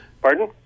Pardon